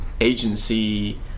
agency